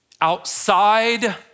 outside